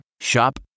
Shop